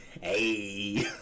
Hey